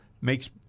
Makes